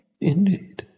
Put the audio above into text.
indeed